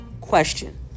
question